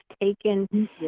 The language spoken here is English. taken